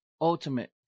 ultimate